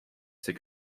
c’est